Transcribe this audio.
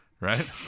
right